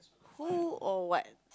who or what